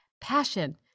Passion